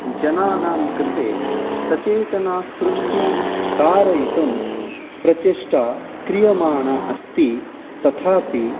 जनानां कृते सचेतना सृष्टिः कारयितुं प्रचिष्टा क्रियमाणा अस्ति तथापि